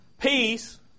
peace